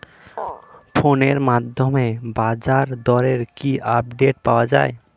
ফোনের মাধ্যমে বাজারদরের কি আপডেট পাওয়া যায়?